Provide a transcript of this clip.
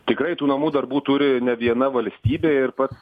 tikrai tų namų darbų turi ne viena valstybė ir pats